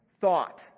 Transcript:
thought